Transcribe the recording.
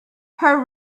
her